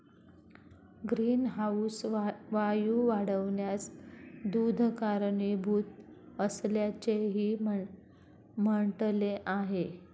greenhouse वायू वाढण्यास दूध कारणीभूत असल्याचेही म्हटले आहे